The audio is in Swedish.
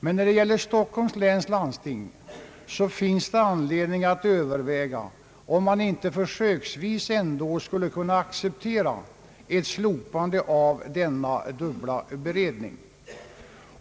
Men när det gäller Stockholms läns landsting finns det anledning att överväga om man ändå inte försöksvis skulle kunna acceptera ett slopande av denna dubbla beredning.